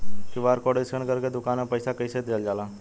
QR code scan करके दुकान में पईसा कइसे देल जाला?